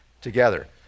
Together